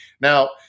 Now